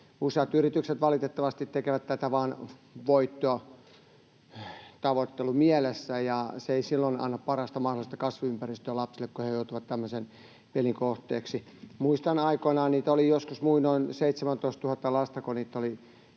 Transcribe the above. useat yritykset valitettavasti tekevät tätä vain voitontavoittelu mielessä. Se ei silloin anna parasta mahdollista kasvuympäristöä lapsille, kun he joutuvat tämmöisen pelin kohteeksi. Muistan aikoinaan, että oli joskus muinoin, oliko, 17 000 lasta kodin